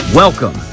Welcome